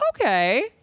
okay